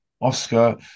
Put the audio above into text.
Oscar